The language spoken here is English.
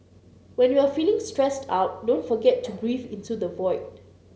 when you are feeling stressed out don't forget to breathe into the void